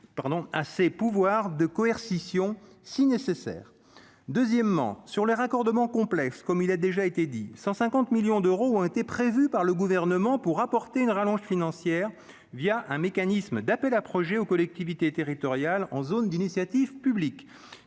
à ses pouvoirs de coercition, si nécessaire, deuxièmement sur les raccordements complexes comme il a déjà été dit 150 millions d'euros ont été prévues par le gouvernement pour apporter une rallonge financière via un mécanisme d'appels à projets aux collectivités territoriales en zone d'initiative publique